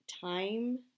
time